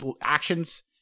Actions